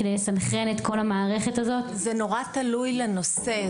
כדי לסנכרן את כל המערכת הזאת?) זה נורא תלוי בנושא.